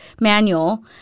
manual